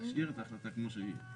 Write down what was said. להשאיר את ההחלטה כמות שהיא.